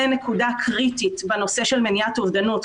נקודה קריטית בנושא של מניעת אובדנות.